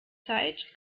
zeit